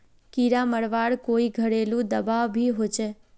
कीड़ा मरवार कोई घरेलू दाबा भी होचए?